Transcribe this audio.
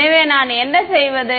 எனவே நான் என்ன செய்வது